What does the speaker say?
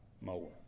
more